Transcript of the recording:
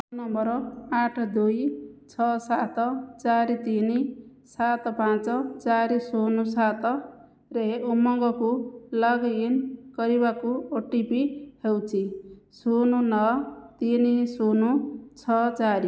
number ଆଠ ଦୁଇ ଛଅ ସାତ ଚାରି ତିନ ସାତ ପାଞ୍ଚ ଚାରି ଶୂନ ସାତରେ ଉମଙ୍ଗକୁ ଲଗ୍ ଇନ୍ କରିବାକୁ ଓ ଟି ପି ହେଉଛି ଶୂନ ନଅ ତିନ ଶୂନ ଛଅ ଚାରି